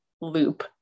loop